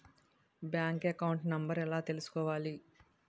Bank account number ఎలా తీసుకోవాలి?